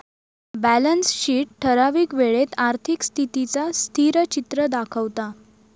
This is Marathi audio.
बॅलंस शीट ठरावीक वेळेत आर्थिक स्थितीचा स्थिरचित्र दाखवता